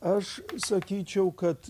aš sakyčiau kad